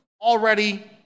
already